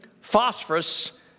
phosphorus